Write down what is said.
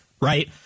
Right